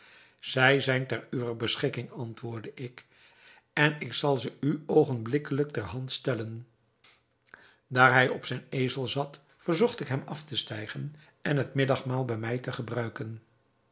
zij zijn ter uwer beschikking antwoordde ik en ik zal ze u oogenblikkelijk ter hand stellen daar hij op zijn ezel zat verzocht ik hem af te stijgen en het middagmaal bij mij te gebruiken